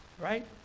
right